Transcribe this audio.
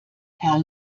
herr